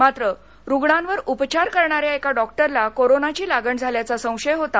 मात्र रुग्णावर उपचार करणाऱ्या एका डॉक्टला कोरोनाची लागण झाल्याचा संशय होता